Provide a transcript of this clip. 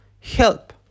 help